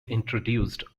introduced